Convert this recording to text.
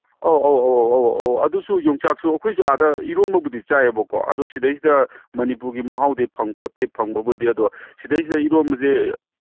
ꯑꯧ ꯑꯧ ꯑꯧ ꯑꯧ ꯑꯧ ꯑꯗꯨꯁꯨ ꯌꯣꯡꯆꯥꯛꯁꯨ ꯑꯩꯈꯣꯏꯁꯨ ꯑꯥꯗ ꯏꯔꯣꯝꯕꯕꯨꯗꯤ ꯆꯥꯏꯑꯕꯀꯣ ꯑꯗꯨ ꯁꯤꯗꯩꯁꯤꯗ ꯃꯅꯤꯄꯨꯔꯒꯤ ꯃꯍꯥꯎꯗꯤ ꯐꯪꯄꯣꯠꯇꯦ ꯐꯪꯕꯕꯨꯗꯤ ꯑꯗꯣ ꯁꯤꯗꯩꯁꯤꯗ ꯏꯔꯣꯝꯕꯁꯦ